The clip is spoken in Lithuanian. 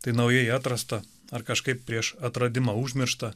tai naujai atrasta ar kažkaip prieš atradimą užmiršta